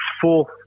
fourth